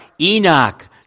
Enoch